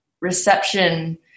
reception